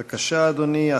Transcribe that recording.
בבקשה, אדוני.